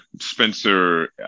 Spencer